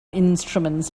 instruments